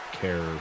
care